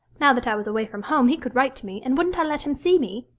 now that i was away from home, he could write to me, and wouldn't i let him see me?